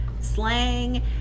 slang